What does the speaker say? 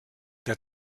der